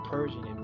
Persian